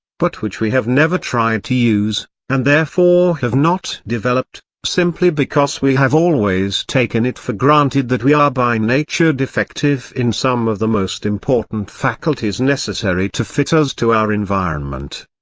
but which we have never tried to use, and therefore have not developed, simply because we have always taken it for granted that we are by nature defective in some of the most important faculties necessary to fit us to our environment.